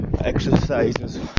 exercises